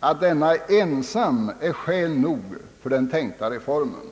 att den aspekten ensam är skäl nog för den tänkta reformen.